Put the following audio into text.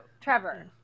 Trevor